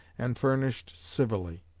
and furnished civilly.